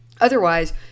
Otherwise